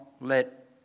let